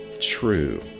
true